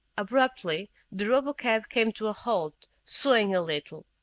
abruptly the robotcab came to a halt, swaying a little.